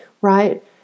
right